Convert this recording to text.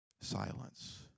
Silence